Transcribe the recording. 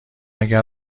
اگر